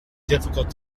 difficult